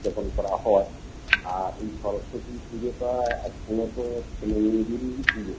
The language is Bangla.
উদযাপন করা হয় আর এই সরস্বতী পুজোটা এখনো তো ছেলে মেয়েদেরই পুজো